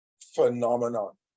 phenomenon